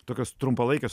tokios trumpalaikės